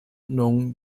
known